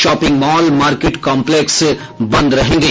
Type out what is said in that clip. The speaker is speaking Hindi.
शॉपिंग मॉल मार्केट कॉपलेक्स बंद रहेंगे